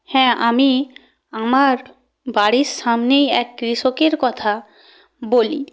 হ্যাঁ আমি আমার বাড়ির সামনেই এক কৃষকের কথা বলি